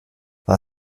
war